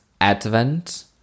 Advent